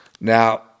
now